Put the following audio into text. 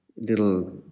little